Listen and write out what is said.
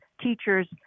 Teachers